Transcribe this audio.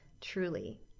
truly